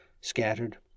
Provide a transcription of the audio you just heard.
scattered